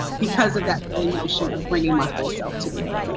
because of that very notion of bringing my full self to the work.